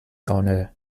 honneur